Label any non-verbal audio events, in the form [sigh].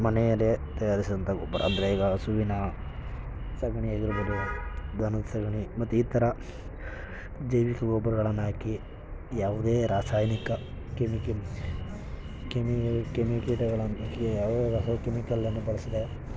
ಮನೆಯಲ್ಲೇ ತಯಾರಿಸಿದಂಥ ಗೊಬ್ಬರ ಅಂದರೆ ಈಗ ಹಸುವಿನ ಸಗಣಿ ಆಗಿರಬಹುದು ದನದ ಸಗಣಿ ಮತ್ತು ಈ ಥರ ಜೈವಿಕ ಗೊಬ್ಬರಗಳನ್ನು ಹಾಕಿ ಯಾವುದೇ ರಾಸಾಯನಿಕ ಕೆಮಿಕಲ್ ಕಿಮಿ ಕಿಮಿ ಕೀಟಗಳನ್ನು [unintelligible] ಕೆಮಿಕಲನ್ನು ಬಳಸದೆ